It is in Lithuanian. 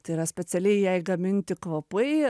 tai yra specialiai jai gaminti kvapai